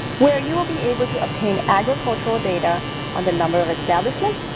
where you will be able to obtain agricultural data on the number of establishments,